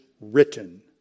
written